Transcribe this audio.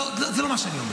לא, זה לא מה שאני אומר.